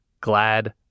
Glad